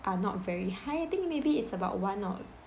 are not very high I think it maybe it's about one or